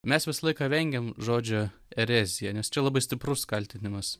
mes visą laiką vengiam žodžio erezija nes čia labai stiprus kaltinimas